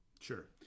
Sure